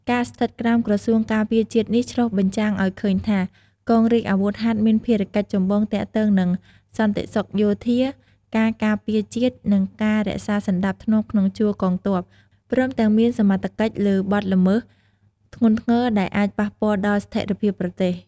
ការស្ថិតក្រោមក្រសួងការពារជាតិនេះ ឆ្លុះបញ្ចាំងឲ្យឃើញថា កងរាជអាវុធហត្ថមានភារកិច្ចចម្បងទាក់ទងនឹងសន្តិសុខយោធា ការការពារជាតិ និងការរក្សាសណ្ដាប់ធ្នាប់ក្នុងជួរកងទ័ព ព្រមទាំងមានសមត្ថកិច្ចលើបទល្មើសធ្ងន់ធ្ងរដែលអាចប៉ះពាល់ដល់ស្ថេរភាពប្រទេស។